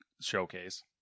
showcase